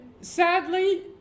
sadly